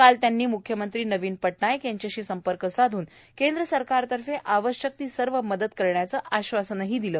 काल त्यांनी म्ख्यमंत्री नवीन पटनाईक यांच्याशी संपर्क साधून केंद्र सरकारतर्फे आवश्यक ती सर्व मदत करण्याचं आश्वासनही दिलं